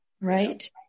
right